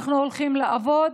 אנחנו הולכים לעבוד